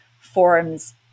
forums